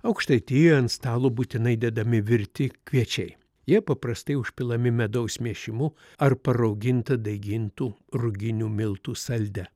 aukštaitijoje ant stalo būtinai dedami virti kviečiai jie paprastai užpilami medaus miešimu ar parauginta daigintų ruginių miltų salde